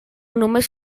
només